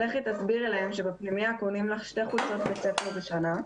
לכי תסבירי להם שבפנימייה קונים לך שתי חולצות בית ספר בשנה,